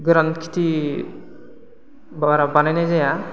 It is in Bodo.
गोरान खेथि बारा बानायनाय जाया